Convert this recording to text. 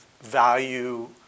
value